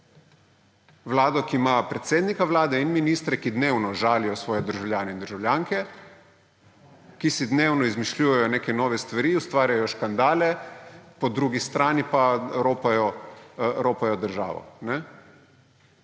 Vlado, ki ima predsednika Vlade in ministre, ki dnevno žalijo svoje državljane in državljanke, ki si dnevno izmišljujejo neke nove stvari, ustvarjajo škandale, po drugi strani pa ropajo državo